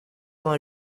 vingt